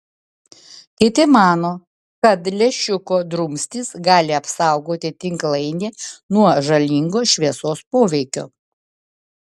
kiti mano kad lęšiuko drumstys gali apsaugoti tinklainę nuo žalingo šviesos poveikio